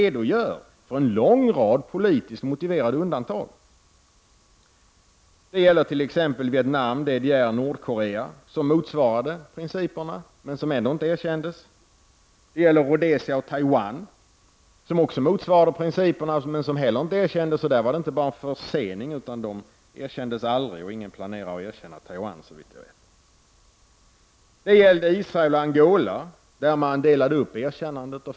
1989/90:128 för en lång rad politiskt motiverade undantag: 23 maj 1990 Det gäller t.ex. Vietnam, DDR och Nordkorea, som motsvarade principerna men som ändå inte erkändes. Det gäller Rhodesia och Taiwan, som också motsvarade principerna men som inte heller erkändes. Det var inte bara fråga om en försening, utan de erkändes aldrig — och ingen planerar, såvitt jag vet, att erkänna dem. Det gäller Israel och Angola. Här delade man upp erkännandet.